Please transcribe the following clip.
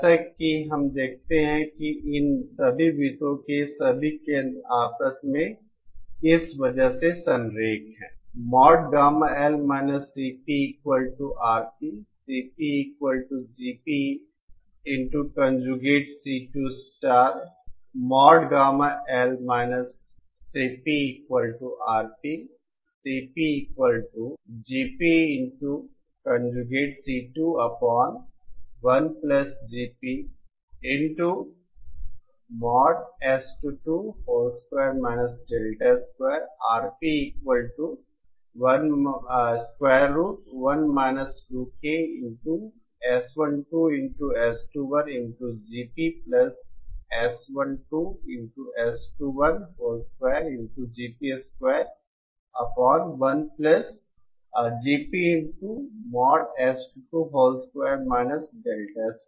जैसा कि हम देखते हैं कि इन सभी वृत्तो के सभी केंद्र आपस में इस वजह से संरेख है